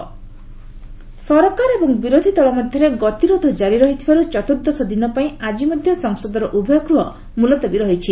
parliament ସରକାର ଏବଂ ବିରୋଧି ଦଳ ମଧ୍ୟରେ ଗତିରୋଧ ଜାରି ରହିଥିବାର୍ ଚତ୍ରୁର୍ଦ୍ଦଶ ଦିନପାଇଁ ଆଙ୍କି ମଧ୍ୟ ସଂସଦର ଉଭୟ ଗୃହ ମୁଲତବୀ ରହିଛି